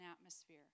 atmosphere